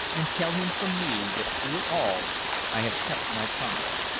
and tell him from me that through it all i have kept my promise,